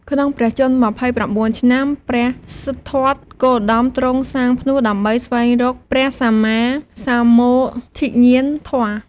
ក្នុងព្រះជន្ម ២៩ ឆ្នាំ ព្រះសិទ្ធត្ថគោតមទ្រង់សាងផ្នួសដើម្បីស្វែងរកព្រះសម្មាសម្ពោធិញ្ញាណធម៌។